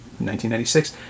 1996